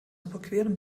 überqueren